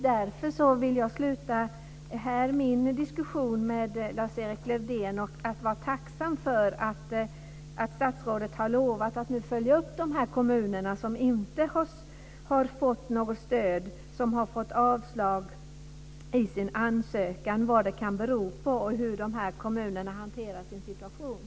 Därför vill jag sluta min diskussion med Lars-Erik Lövdén med att säga att jag är tacksam för att statsrådet har lovat att nu följa upp de kommuner som inte har fått något stöd utan som har fått avslag på sin ansökan och att ta reda på vad det kan bero på och hur de kommunerna hanterar sin situation.